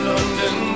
London